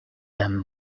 dame